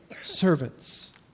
servants